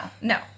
no